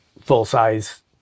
full-size